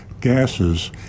gases